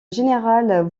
général